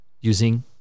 using